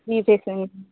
three phase வேணுமா